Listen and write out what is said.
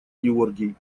георгий